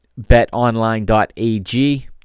betonline.ag